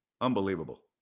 Unbelievable